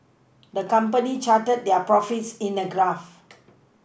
the company charted their profits in a graph